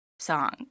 song